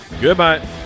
Goodbye